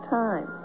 time